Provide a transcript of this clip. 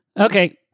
Okay